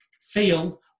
feel